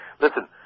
Listen